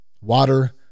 water